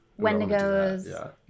wendigos